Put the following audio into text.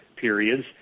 periods